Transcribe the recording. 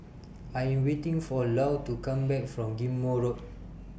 I Am waiting For Lou to Come Back from Ghim Moh Road